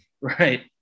Right